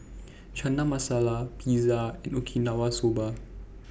Chana Masala Pizza and Okinawa Soba